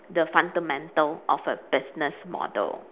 the fundamental of a business model